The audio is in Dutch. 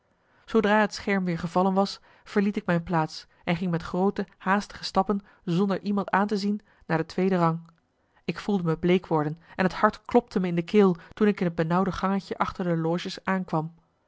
zoodra het scherm weer gevallen was verliet ik mijn plaats en ging met groote haastige stappen zonder iemand aan te zien naar de tweede rang ik voelde me bleek worden en het hart klopte me in de keel toen ik in het benauwde gangetje achter de loges aankwam